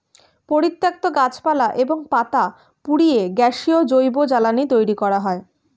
পরিত্যক্ত গাছপালা এবং পাতা পুড়িয়ে গ্যাসীয় জৈব জ্বালানি তৈরি করা হয়